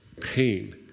pain